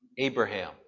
Abraham